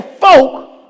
folk